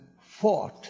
fought